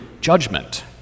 judgment